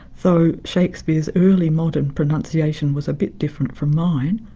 though shakespeare's early modern pronunciation was a bit different from mine,